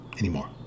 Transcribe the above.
anymore